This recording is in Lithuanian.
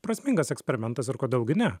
prasmingas eksperimentas ir kodėl gi ne